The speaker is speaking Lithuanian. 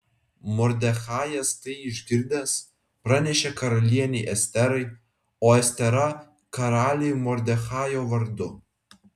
mordechajas tai išgirdęs pranešė karalienei esterai o estera karaliui mordechajo vardu